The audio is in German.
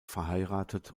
verheiratet